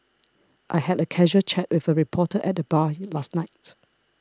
I had a casual chat with a reporter at the bar last night